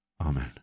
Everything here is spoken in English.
Amen